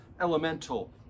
elemental